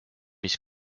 mis